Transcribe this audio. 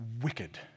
wicked